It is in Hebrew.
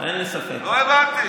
לא הבנתי.